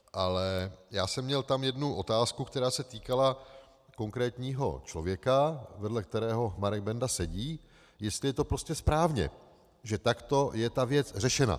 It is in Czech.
Ale měl jsem jednu otázku, která se týkala konkrétního člověka, vedle kterého Marek Benda sedí, jestli je to prostě správně, že takto je ta věc řešena.